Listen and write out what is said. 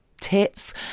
tits